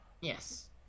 Yes